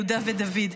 יהודה ודוד.